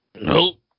Nope